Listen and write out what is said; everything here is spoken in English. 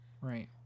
right